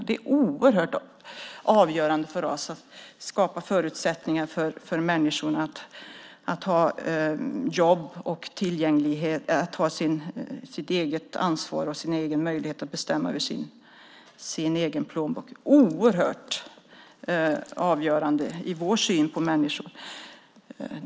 Det är oerhört avgörande för oss att skapa förutsättningar för människor att ha jobb, ta eget ansvar och bestämma över sin egen plånbok. Det är oerhört avgörande i vår syn på människor.